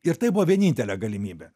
ir tai buvo vienintelė galimybė